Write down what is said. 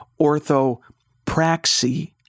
orthopraxy